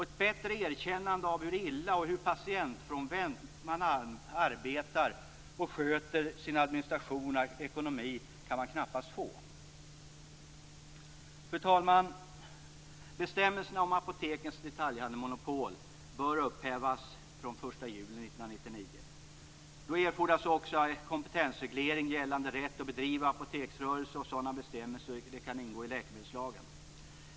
Ett bättre erkännande av hur illa och hur patientfrånvänt man arbetar och sköter sin administration och ekonomi kan man knappast få. Fru talman! Bestämmelserna om apotekens detaljhandelsmonopol bör upphävas från den 1 juli 1999. Då erfordras också en kompetensreglering gällande rätt att bedriva apoteksrörelse. Sådana bestämmelser kan ingå i läkemedelslagen.